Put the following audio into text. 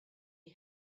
had